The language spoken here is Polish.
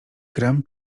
gram